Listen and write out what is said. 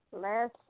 last